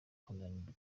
kunanirwa